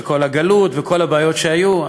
של כל הגלות וכל הבעיות שהיו,